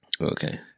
Okay